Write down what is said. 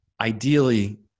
ideally